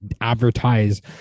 advertise